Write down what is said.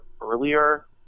earlier